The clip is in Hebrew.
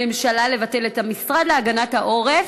הממשלה, לבטל את המשרד להגנת העורף,